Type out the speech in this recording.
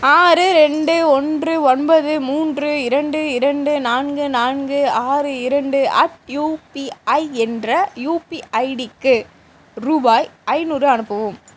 ஆறு ரெண்டு ஒன்று ஒன்பது மூன்று இரண்டு இரண்டு நான்கு நான்கு ஆறு இரண்டு அட் யுபிஐ என்ற யுபிஐடிக்கு ரூபாய் ஐநூறு அனுப்பவும்